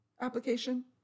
application